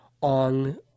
on